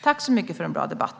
Tack så mycket för en bra debatt!